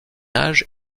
âge